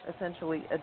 essentially